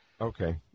Okay